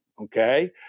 okay